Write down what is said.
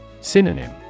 Synonym